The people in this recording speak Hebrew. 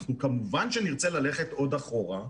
אנחנו כמובן שנרצה ללכת עוד אחורה.